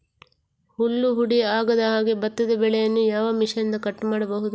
ಹುಲ್ಲು ಹುಡಿ ಆಗದಹಾಗೆ ಭತ್ತದ ಬೆಳೆಯನ್ನು ಯಾವ ಮಿಷನ್ನಿಂದ ಕಟ್ ಮಾಡಬಹುದು?